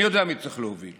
אני יודע מי צריך להוביל,